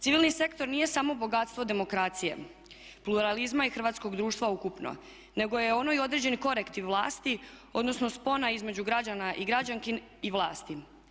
Civilni sektor nije samo bogatstvo demokracije pluralizma i hrvatskog društva ukupno nego je ono i određeni korektiv vlasti odnosno spona između građana i građanki i vlasti.